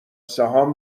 سهام